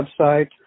website